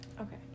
Okay